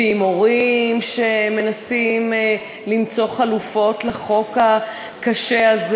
ועם הורים שמנסים למצוא חלופות לחוק הקשה הזה,